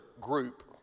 group